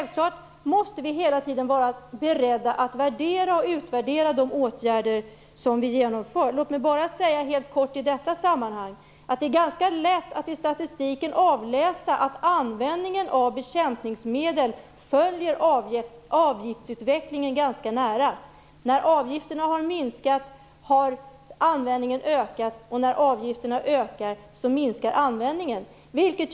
Vi måste självklart vara beredda att värdera och utvärdera de åtgärder som vi genomför. Låt mig bara i detta sammanhang helt kort säga att det är ganska lätt att i statistiken avläsa att användningen av bekämpningsmedel följer avgiftsutvecklingen ganska nära. När avgifterna har minskat har användningen ökat, och när avgifterna har ökat har användningen minskat.